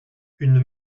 une